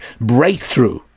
breakthrough